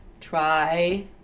Try